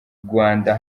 rwanda